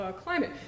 climate